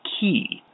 key